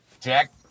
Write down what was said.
Jack